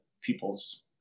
people's